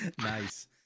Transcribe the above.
Nice